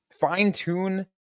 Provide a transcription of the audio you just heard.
fine-tune